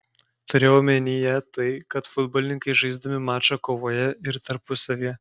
turėjau omenyje tai kad futbolininkai žaisdami mačą kovoja ir tarpusavyje